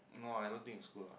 no I think in school lah